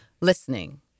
Listening